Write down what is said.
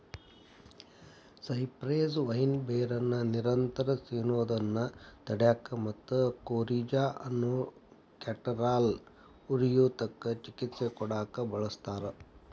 cypress vine ಬೇರನ್ನ ನಿರಂತರ ಸಿನೋದನ್ನ ತಡ್ಯಾಕ ಮತ್ತ ಕೋರಿಜಾ ಅನ್ನೋ ಕ್ಯಾಟರಾಲ್ ಉರಿಯೂತಕ್ಕ ಚಿಕಿತ್ಸೆ ಕೊಡಾಕ ಬಳಸ್ತಾರ